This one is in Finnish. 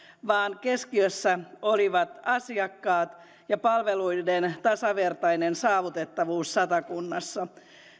vaan keskiössä olivat asiakkaat ja palveluiden tasavertainen saavutettavuus satakunnassa